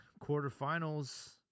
quarterfinals